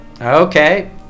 Okay